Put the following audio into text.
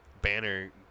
Banner